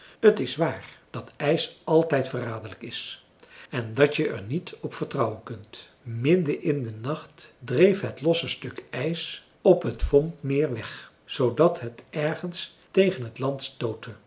t is waar dat ijs altijd verraderlijk is en dat je er niet op vertrouwen kunt midden in den nacht dreef het losse stuk ijs op het vombmeer weg zoodat het ergens tegen het land stootte